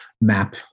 map